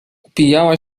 upijała